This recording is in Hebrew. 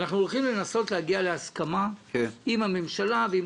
אנחנו הולכים לנסות להגיע להסכמה עם הממשלה ועם